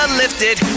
lifted